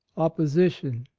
opposition,